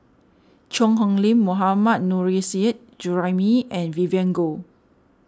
Cheang Hong Lim Mohammad Nurrasyid Juraimi and Vivien Goh